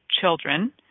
children